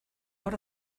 hor